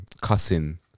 cussing